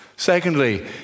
Secondly